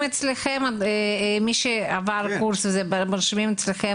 מי שעברו קורס, רשומים אצלכם